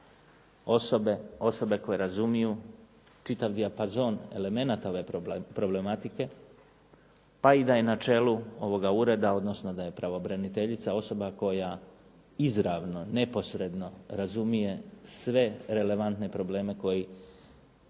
osobe koje razumiju čitav dijapazon elemenata ove problematike, pa da je i na čelu ovoga ureda, odnosno da je pravobraniteljica osoba koja izravno neposredno razumije sve relevantne probleme koji